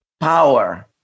Power